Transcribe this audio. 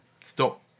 stop